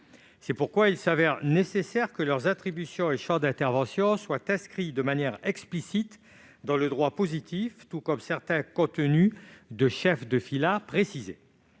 C'est pourquoi il paraît nécessaire que leurs attributions et leur champ d'intervention soient inscrits de manière explicite dans le droit positif et que certains contenus de chefs de filât soient